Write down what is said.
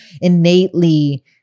innately